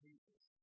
Jesus